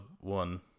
one